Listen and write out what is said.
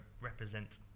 represent